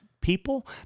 people